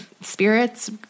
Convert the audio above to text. spirits